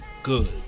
Good